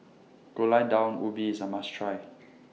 Gulai Daun Ubi IS A must Try